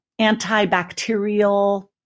antibacterial